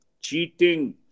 cheating